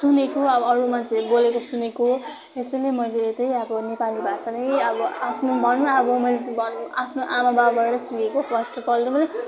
सुनेको अब अरू मान्छेहरू बोलेको सुनेको यसरी नै मैले चाहिँ अब नेपाली भाषा नै अब आफ्नो भान् अब मैले आफ्नो भनेँ आमाबाबाबाट सिकेको फर्स्ट पालोमा